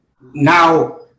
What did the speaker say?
Now